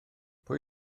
pwy